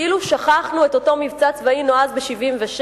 כאילו שכחנו את אותו מבצע צבאי נועז ב-1976.